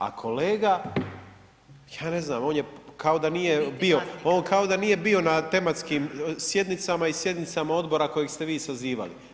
A kolega, ja ne znam, on je, kao da nije bio, on kao da nije bio na tematskim sjednicama i sjednicama Odbora kojeg ste vi sazivali.